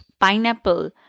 pineapple